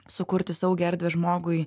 sukurti saugią erdvę žmogui